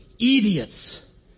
idiots